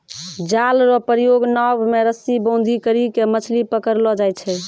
जाल रो प्रयोग नाव मे रस्सी बांधी करी के मछली पकड़लो जाय छै